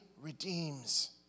redeems